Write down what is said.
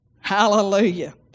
Hallelujah